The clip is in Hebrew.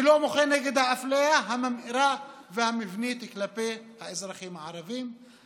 ולא מוחה נגד האפליה הממאירה והמבנית כלפי האזרחים הערבים,